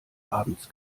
abends